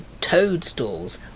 Toadstools